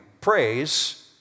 praise